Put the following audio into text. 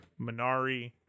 Minari